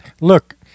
look